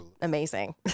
amazing